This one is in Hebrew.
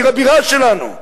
עיר הבירה שלנו.